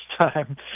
time